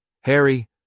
Harry